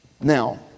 Now